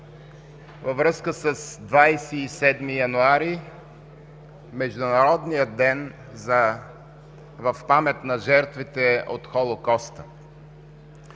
във връзка с 27 януари – Международния ден в памет на жертвите от холокоста.